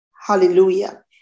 hallelujah